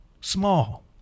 small